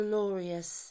Glorious